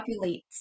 populates